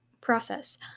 process